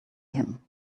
him